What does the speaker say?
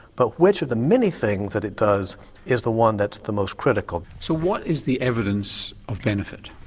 but which of the many things that it does is the one that's the most critical? so what is the evidence of benefit?